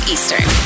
Eastern